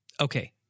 Okay